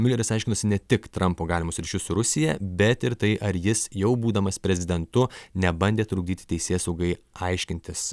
miuleris aiškinosi ne tik trampo galimus ryšius su rusija bet ir tai ar jis jau būdamas prezidentu nebandė trukdyti teisėsaugai aiškintis